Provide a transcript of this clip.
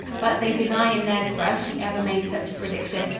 but they deny in knaresborough she ever made such a prediction,